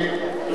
תודה.